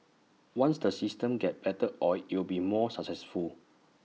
once the system gets better oiled IT will be more successful